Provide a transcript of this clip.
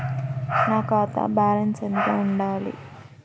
నా ఖాతా బ్యాలెన్స్ ఎంత ఉండాలి?